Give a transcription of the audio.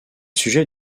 sujets